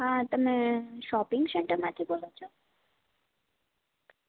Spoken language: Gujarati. હા તમે શોપિંગ સેન્ટરમાંથી બોલો છો